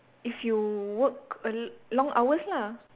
if you work a l~ long hours lah